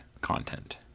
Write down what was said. content